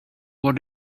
what